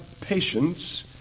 patience